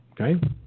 okay